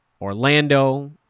Orlando